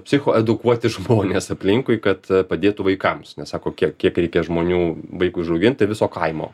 psicho edukuoti žmonės aplinkui kad padėtų vaikams nes sako kiek kiek reikia žmonių vaikui užaugint tai viso kaimo